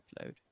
upload